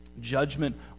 judgment